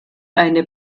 eine